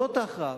זאת ההכרעה,